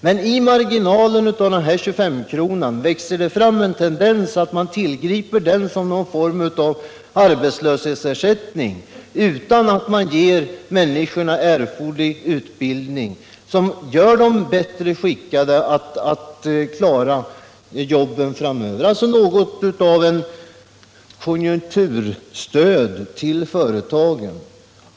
Men det växer fram en tendens att vilja tillgripa 2S-kronan som arbetslöshetsersättning utan att människorna samtidigt ges erforderlig utbildning, som kan göra dem bättre skickade att klara jobben i framtiden — alltså något slag av konjunkturstöd till företagen.